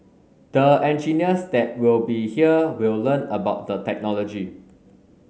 the engineers that will be here will learn about the technology